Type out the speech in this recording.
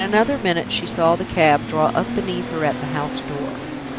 in another minute she saw the cab draw up beneath her, at the house door.